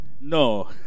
No